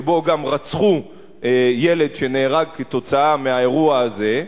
וגם רצחו ילד באירוע הזה.